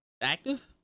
active